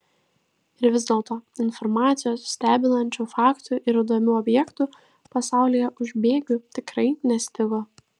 ir vis dėlto informacijos stebinančių faktų ir įdomių objektų pasaulyje už bėgių tikrai nestigo